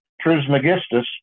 Trismegistus